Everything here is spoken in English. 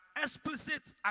explicit